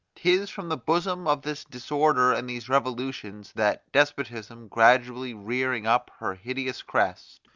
tis from the bosom of this disorder and these revolutions, that despotism gradually rearing up her hideous crest,